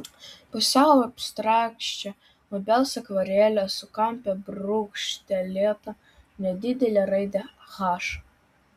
pusiau abstrakčią obels akvarelę su kampe brūkštelėta nedidele raide h